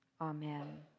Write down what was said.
Amen